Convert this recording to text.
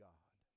God